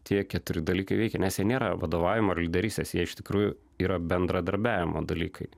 tie keturi dalykai veikia nes nėra vadovavimo lyderystės jie iš tikrųjų yra bendradarbiavimo dalykai